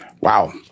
wow